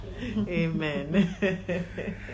Amen